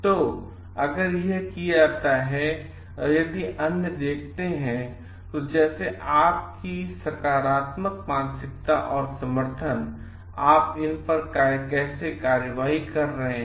तो और अगर यह किया जाता है और यदि अन्य देखते हैं जैसे आपकी सकारात्मक मानसिकता और समर्थन आप इन पर कार्रवाई कैसे कर रहे हैं